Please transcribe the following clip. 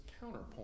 counterpoint